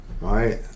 right